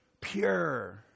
Pure